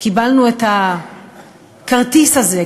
קיבלנו את הכרטיס הזה,